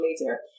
later